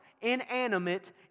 inanimate